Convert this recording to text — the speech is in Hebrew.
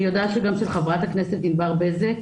אני יודעת שגם של חברת הכנסת ענבר בזק,